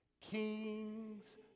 Kings